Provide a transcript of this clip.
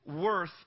worth